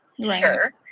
sure